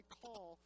call